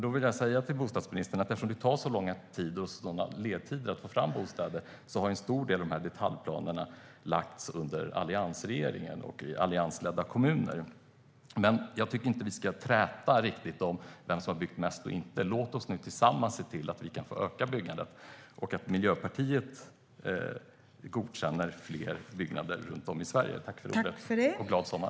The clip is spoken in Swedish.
Då vill jag säga till bostadsministern att eftersom det tar så lång tid - framför allt långa ledtider - att få fram bostäder har en stor del av dessa detaljplaner fastställts under alliansregeringens tid och i alliansledda kommuner. Men jag tycker inte att vi ska träta om vem som har byggt mest. Låt oss i stället tillsammans se till att man kan öka byggandet och att Miljöpartiet godkänner mer byggande runt om i Sverige. Tack för ordet, och glad sommar!